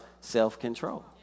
self-control